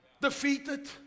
defeated